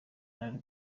nari